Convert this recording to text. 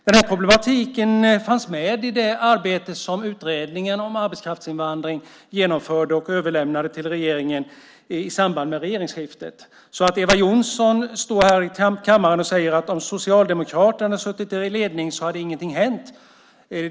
Denna problematik fanns med i det arbete som utredningen om arbetskraftsinvandring genomförde och överlämnade till regeringen i samband med regeringsskiftet. Eva Johnsson säger att om Socialdemokraterna suttit vid makten hade ingenting hänt.